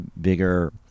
bigger